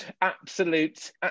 absolute